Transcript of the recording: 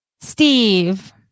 Steve